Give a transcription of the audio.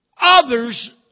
others